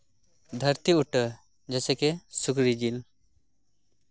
ᱫᱷᱟᱹᱨᱛᱤ ᱩᱴᱟᱹ ᱡᱮᱭᱥᱮᱠᱤ ᱥᱩᱠᱨᱤ ᱡᱤᱞ